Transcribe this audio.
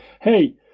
hey